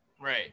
Right